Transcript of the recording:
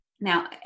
Now